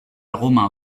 romain